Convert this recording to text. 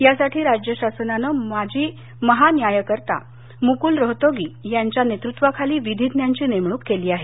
यासाठी राज्य शासनानं माजी महान्यायकर्ता मुकूल रोहतगी यांच्या नेतृत्वाखाली विधिज्ञांची नेमणूक केली आहे